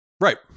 Right